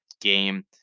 game